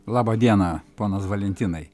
labą dieną ponas valentinai